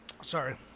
Sorry